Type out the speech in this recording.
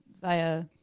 via